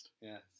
Yes